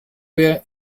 wer